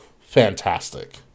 fantastic